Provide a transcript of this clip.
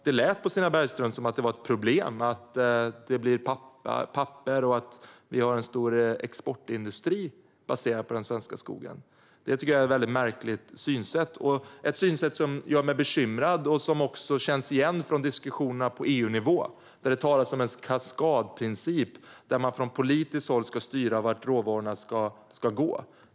Det lät på Stina Bergström som att det är ett problem att det blir papper och att vi har en stor exportindustri baserad på den svenska skogen. Det här tycker jag är ett märkligt synsätt, ett synsätt som gör mig bekymrad. Det känns också igen från diskussionerna på EU-nivå, där det talas om en kaskadprincip. Man ska från politiskt håll styra vart råvarorna ska gå.